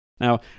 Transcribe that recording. Now